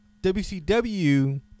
WCW